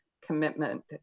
commitment